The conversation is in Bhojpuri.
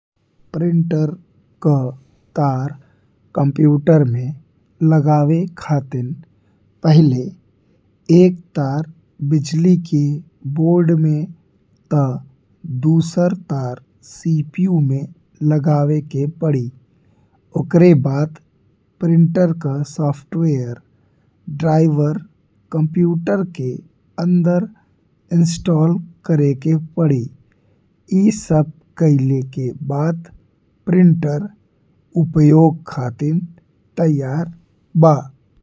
प्रिंटर का तार कंप्यूटर में लगावे खातिर पहिले एक तार बिजली के बोर्ड में ता दूसरा तार सीपीयू में लगावे के पड़ी। ओकरे बाद प्रिंटर का सॉफ्टवेयर ड्राइवर कंप्यूटर के अंदर इंस्टॉल करे के पड़ी, ई सब कईले के बाद प्रिंटर उपयोग खातिर तैयार बा।